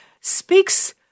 speaks